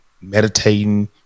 meditating